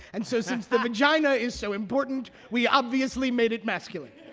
and so since the vagina is so important, we obviously made it masculine.